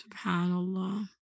SubhanAllah